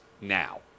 now